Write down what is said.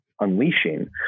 unleashing